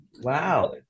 Wow